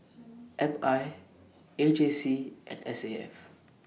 M I A J C and S A F